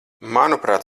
manuprāt